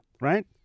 right